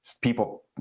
people